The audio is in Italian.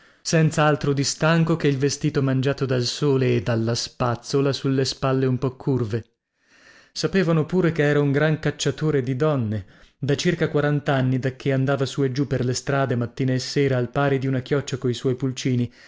altro di stanco che il vestito mangiato dal sole e dalla spazzola sulle spalle un po curve sapevano pure che era un gran cacciatore di donne da circa quarantanni dacchè andava su e giù per le strade mattina e sera al pari di una chioccia coi suoi pulcini